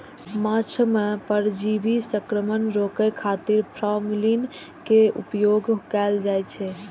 माछ मे परजीवी संक्रमण रोकै खातिर फॉर्मेलिन के उपयोग कैल जाइ छै